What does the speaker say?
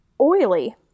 oily